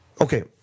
Okay